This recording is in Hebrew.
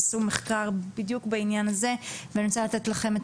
הם עשו מחקר בדיוק בעניין הזה ואני רוצה לתת לכם את